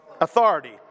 authority